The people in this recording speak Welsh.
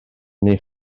neu